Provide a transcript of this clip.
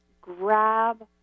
grab